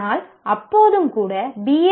ஆனால் அப்போதும் கூட பி